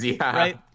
Right